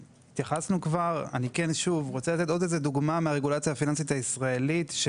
אני רוצה לתת עוד דוגמה מהרגולציה הפיננסית הישראלית,